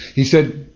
he said,